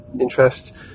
interest